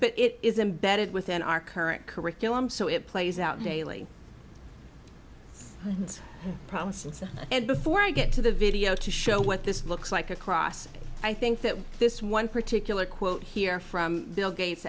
but it is embedded within our current curriculum so it plays out daily it's a problem and before i get to the video to show what this looks like a cross i think that this one particular quote here from bill gates